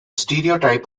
stereotype